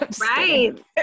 Right